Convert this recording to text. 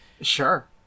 sure